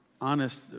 honest